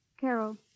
Carol